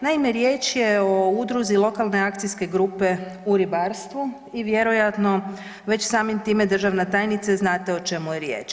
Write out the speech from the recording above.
Naime, riječ je o udruzi Lokalne akcijske grupe u ribarstvu i vjerojatno već samim time državna tajnice znate o čemu je riječ.